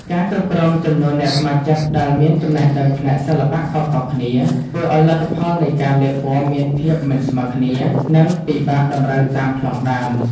ការគ្រប់គ្រងចំនួនអ្នកស្ម័គ្រចិត្តដែលមានចំណេះដឹងផ្នែកសិល្បៈខុសៗគ្នា ធ្វើឱ្យលទ្ធផលនៃការលាបពណ៌មានភាពមិនស្មើគ្នា និងពិបាកតម្រូវតាមប្លង់ដើម។